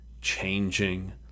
changing